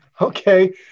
Okay